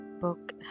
book